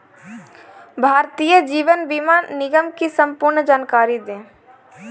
भारतीय जीवन बीमा निगम की संपूर्ण जानकारी दें?